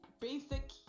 basic